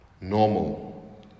normal